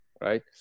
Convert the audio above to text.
Right